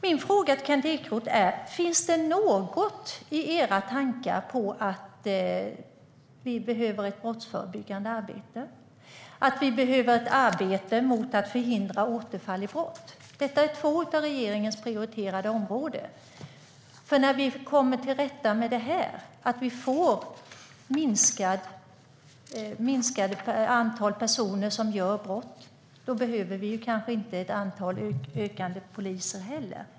Min fråga till Kent Ekeroth är: Finns det något i era tankar om att vi behöver ett brottsförebyggande arbete och ett arbete för att förhindra återfall i brott? Detta är två av regeringens prioriterade områden. När vi kommer till rätta med det här, när vi får ett minskat antal personer som begår brott, behöver vi kanske inte ett ökande antal poliser.